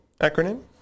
Acronym